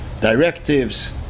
directives